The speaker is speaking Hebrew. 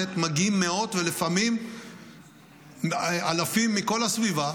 מתמשכת מגיעים מאות ולפעמים אלפים מכל הסביבה,